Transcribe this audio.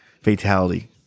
fatality